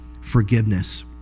forgiveness